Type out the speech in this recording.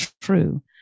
true